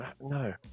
no